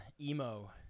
emo